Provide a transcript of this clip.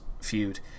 feud